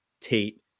Tate